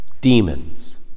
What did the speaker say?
demons